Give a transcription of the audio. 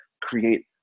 create